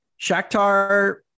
Shakhtar